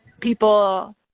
people